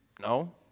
No